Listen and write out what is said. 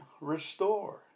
restore